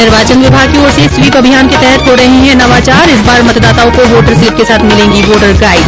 निर्वाचन विभाग की ओर से स्वीप अभियान के तहत हो रहे है नवाचार इस बार मतदाताओं को वोटर स्लिप के साथ मिलेंगी वोटर गाईड